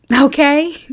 Okay